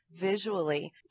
visually